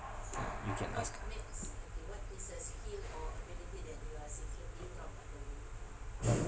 you can ask